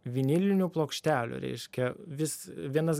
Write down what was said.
vinilinių plokštelių reiškia vis vienas